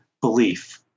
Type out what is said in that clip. belief